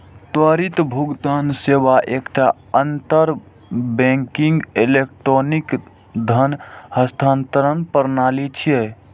त्वरित भुगतान सेवा एकटा अंतर बैंकिंग इलेक्ट्रॉनिक धन हस्तांतरण प्रणाली छियै